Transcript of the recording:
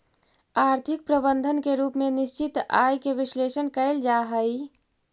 आर्थिक प्रबंधन के रूप में निश्चित आय के विश्लेषण कईल जा हई